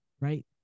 right